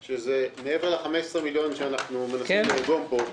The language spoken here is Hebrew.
מעבר ל-15 מיליון השקלים שאנחנו מנסים לאגור פה,